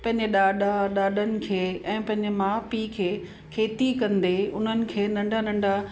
पंहिंजे ॾाॾा ॾाॾनि खे ऐं पंहिंजे माउ पीउ खे खेती कंदे उन्हनि खे नंढा नंढा